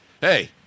hey